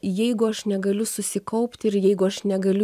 jeigu aš negaliu susikaupti ir jeigu aš negaliu